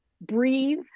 breathe